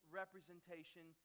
representation